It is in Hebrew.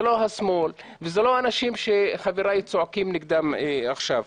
זה לא השמאל וזה לא האנשים שחבריי צועקים נגדם עכשיו.